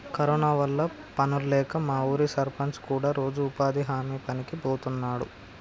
corona వల్ల పనుల్లేక మా ఊరి సర్పంచ్ కూడా రోజూ ఉపాధి హామీ పనికి బోతన్నాడు